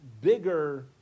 bigger